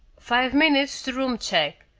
five minutes to room check.